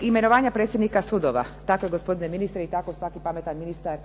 imenovanja predsjednika sudova, dakle gospodine ministre i tako svaki pametan ministar